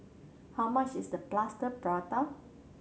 how much is the Plaster Prata